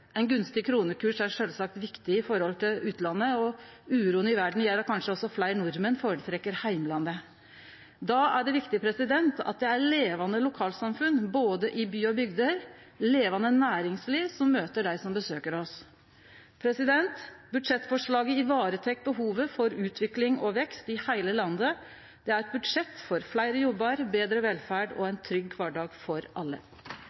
Ein gunstig kronekurs er sjølvsagt viktig kva gjeld utlandet, og uroa i verda gjer kanskje også at fleire nordmenn føretrekkjer heimlandet. Då er det viktig at det er levande lokalsamfunn både i by og bygder – levande næringsliv som møter dei som besøkjer oss. Budsjettforslaget varetek behovet for utvikling og vekst i heile landet. Det er eit budsjett for fleire jobbar, betre velferd og ein trygg kvardag for alle.